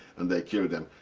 and they killed them.